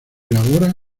elabora